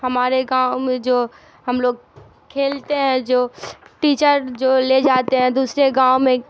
ہمارے گاؤں میں جو ہم لوگ کھیلتے ہیں جو ٹیچر جو لے جاتے ہیں دوسرے گاؤں میں